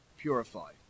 purified